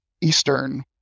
Eastern